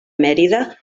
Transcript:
mèrida